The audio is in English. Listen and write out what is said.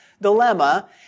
dilemma